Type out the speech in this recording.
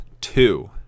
two